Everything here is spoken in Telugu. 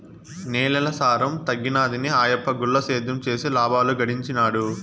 నేలల సారం తగ్గినాదని ఆయప్ప గుల్ల సేద్యం చేసి లాబాలు గడించినాడు